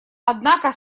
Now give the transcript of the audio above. однако